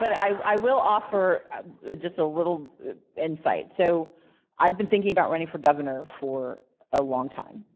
i will offer just a little insight. so i've been thinking about running for governor for a long time,